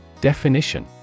Definition